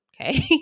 okay